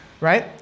Right